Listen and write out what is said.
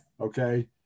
Okay